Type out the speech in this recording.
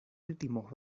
últimos